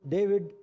David